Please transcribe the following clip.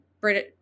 British